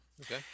Okay